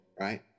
right